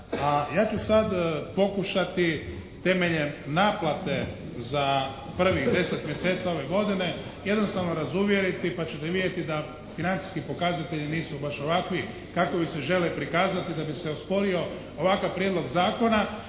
ja ću sad pokušati temeljem naplate za prvih deset mjeseci ove godine jednostavno razuvjeriti pa ćete vidjeti da financijski pokazatelji nisu baš ovakvi kakovi se žele prikazati da bi se osporio ovakav prijedlog zakona.